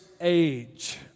age